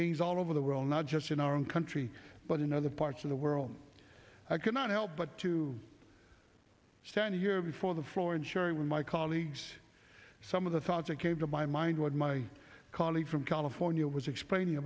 beings all over the world not just in our own country but in other parts of the world i cannot help but to stand here before the floor and sharing with my colleagues some of the thoughts that came to my mind what my colleague from california was explaining